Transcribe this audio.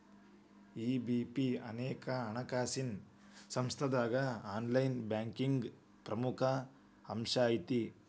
EBP ಅನೇಕ ಹಣಕಾಸಿನ್ ಸಂಸ್ಥಾದಾಗ ಆನ್ಲೈನ್ ಬ್ಯಾಂಕಿಂಗ್ನ ಪ್ರಮುಖ ಅಂಶಾಐತಿ